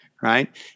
right